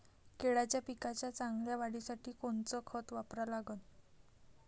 केळाच्या पिकाच्या चांगल्या वाढीसाठी कोनचं खत वापरा लागन?